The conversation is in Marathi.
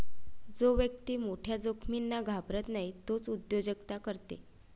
जो व्यक्ती मोठ्या जोखमींना घाबरत नाही तोच उद्योजकता करते